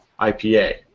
IPA